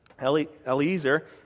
Eliezer